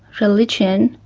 religion,